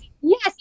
Yes